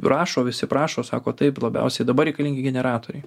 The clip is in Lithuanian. prašo visi prašo sako taip labiausiai dabar reikalingi generatoriai